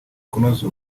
kunoza